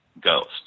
ghost